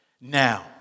now